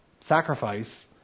sacrifice